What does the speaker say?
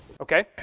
Okay